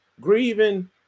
Grieving